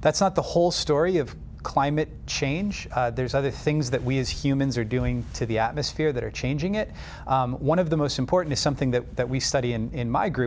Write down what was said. that's not the whole story of climate change there's other things that we as humans are doing to the atmosphere that are changing it one of the most important is something that we study in my